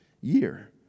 year